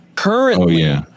Currently